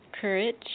Courage